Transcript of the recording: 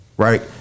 Right